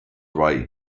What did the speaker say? write